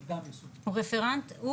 רפרנט,